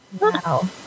Wow